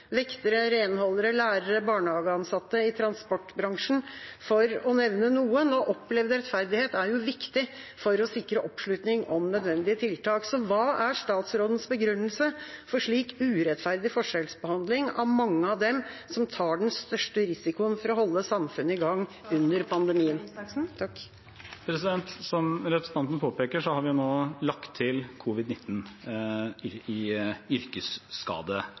vektere, renholdere, lærere, barnehageansatte, i transportbransjen, for å nevne noen. Å oppleve rettferdighet er viktig for å sikre oppslutning om nødvendige tiltak. Hva er statsrådens begrunnelse for slik urettferdig forskjellsbehandling av mange av dem som tar den største risikoen for å holde samfunnet i gang under pandemien? Som representanten Christoffersen påpeker, har vi nå lagt til covid-19 på yrkesskadelisten. Så er det riktig at reglene omfatter primært ansatte i